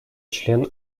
член